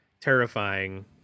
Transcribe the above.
terrifying